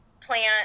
plant